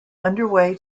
underway